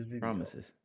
Promises